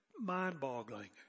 Mind-boggling